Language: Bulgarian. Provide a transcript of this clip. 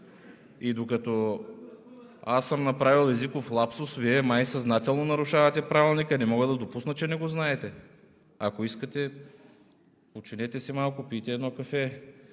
И докато аз съм направил езиков лапсус, Вие май съзнателно нарушавате Правилника. Не мога да допусна, че не го знаете. Ако искате, починете си малко, пийте едно кафе,